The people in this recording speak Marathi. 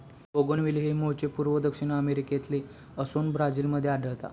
बोगनविले हे मूळचे पूर्व दक्षिण अमेरिकेतले असोन ब्राझील मध्ये आढळता